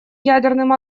ядерным